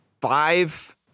five